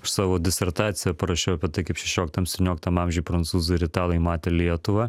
aš savo disertaciją parašiau apie tai kaip šešioliktam septynioliktam amžiuj prancūzai ir italai matė lietuvą